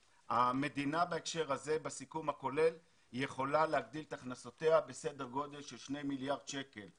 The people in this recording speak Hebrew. המדינה יכולה להגדיל את הכנסותיה בסדר גודל של שני מיליארד שקל.